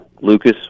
lucas